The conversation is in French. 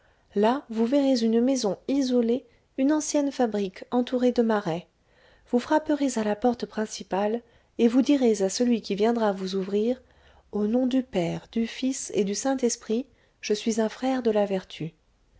là vous verrez une maison isolée une ancienne fabrique entourée de marais vous frapperez à la porte principale et vous direz à celui qui viendra vous ouvrir au nom du père du fils et du saint-esprit je suis un frère de la vertu